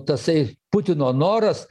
tasai putino noras